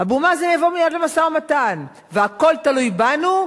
אבו מאזן יבוא מייד למשא-ומתן והכול תלוי בנו,